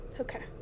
Okay